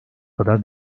kadar